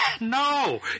No